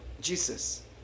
Jesus